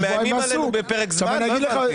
מה מאיימים עלינו בפרק זמן ארוך?